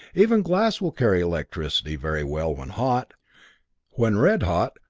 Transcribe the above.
even glass will carry electricity very well when hot when red hot,